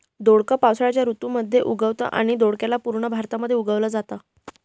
दोडक पावसाळ्याच्या ऋतू मध्ये उगवतं आणि दोडक्याला पूर्ण भारतामध्ये उगवल जाता